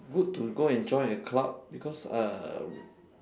good to go and join a club because uh